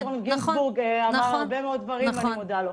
גינזבורג אמר הרבה מאוד דברים ואני מודה לו.